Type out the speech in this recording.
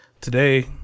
today